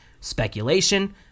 speculation